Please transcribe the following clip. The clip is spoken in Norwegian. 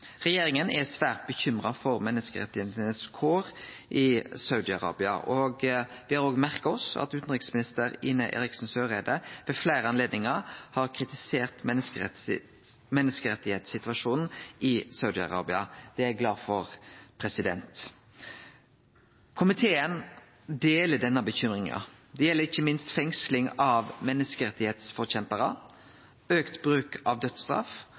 Regjeringa er svært bekymra for kåra til menneskerettane i Saudi-Arabia, og me har òg merka oss at utanriksminister Ine Eriksen Søreide ved fleire anledningar har kritisert menneskerettssituasjonen i Saudi-Arabia. Det er eg glad for. Komiteen deler denne bekymringa. Det gjeld ikkje minst fengsling av menneskerettsforkjemparar, auka bruk av dødsstraff